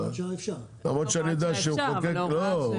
אפשר אבל --- לא,